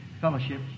Fellowship